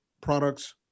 products